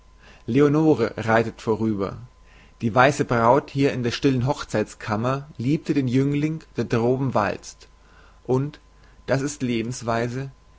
leonore reitet vorüber die weiße braut hier in der stillen hochzeitskammer liebte den jüngling der droben walzt und das ist lebensweise